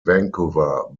vancouver